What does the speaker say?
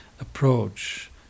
approach